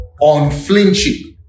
unflinching